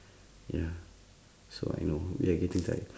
ya so I know we are getting tired